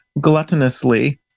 gluttonously